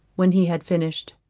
when he had finished.